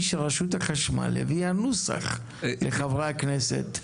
שרשות החשמל הביאה נוסח לחברי הכנסת,